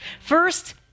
First